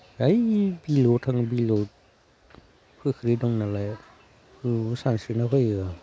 दा ओइ बिलोआव थाङो बिलोआव फुख्रि दं नालाय ओइयावबो सानस्रिना फायो आं